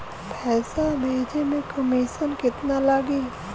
पैसा भेजे में कमिशन केतना लागि?